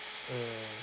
mm